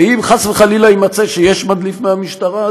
ואם חס וחלילה יימצא שיש מדליף מהמשטרה,